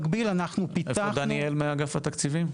דניאל מאגף התקציבים,